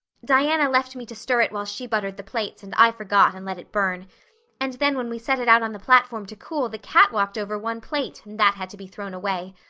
diana left me to stir it while she buttered the plates and i forgot and let it burn and then when we set it out on the platform to cool the cat walked over one plate and that had to be thrown away.